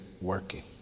working